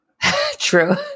True